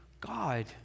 God